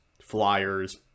flyers